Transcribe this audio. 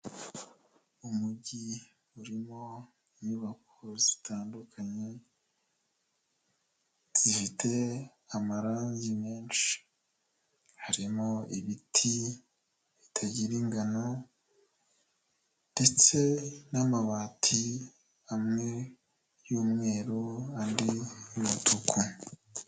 Umujyi urimo inyubako zitandukanye, zifite amarangi menshi, harimo ibiti bitagira ingano ndetse n'amabati amwe y'umweru, andi y'umutuku.